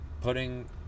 putting